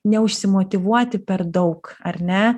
neužsimotyvuoti per daug ar ne